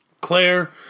Claire